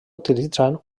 utilitzant